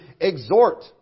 exhort